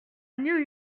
new